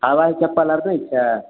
हबाइ चप्पल आर नहि छै